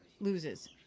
loses